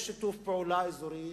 יש שיתוף פעולה אזורי.